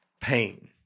pain